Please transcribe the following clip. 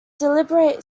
deliberate